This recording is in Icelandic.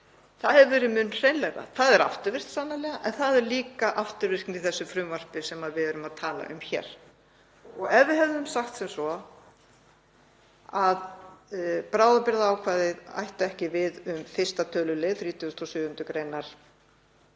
Það hefði verið mun hreinlegra. Það er sannarlega afturvirkt en það er líka afturvirkni í þessu frumvarpi sem við erum að tala um hér. Ef við hefðum sagt sem svo að bráðabirgðaákvæðið ætti ekki við um 1. tölulið 37. gr. laga